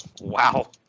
Wow